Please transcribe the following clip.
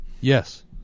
Yes